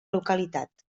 localitat